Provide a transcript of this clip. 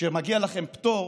שמגיע לכם פטור